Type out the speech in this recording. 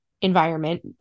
environment